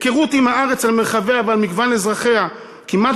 היכרות עם הארץ על מרחביה ועל מגוון אזרחיה כמעט